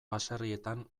baserrietan